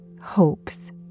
hopes